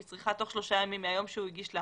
היא צריכה תוך שלושה ימים מהיום שהוא הגיש לה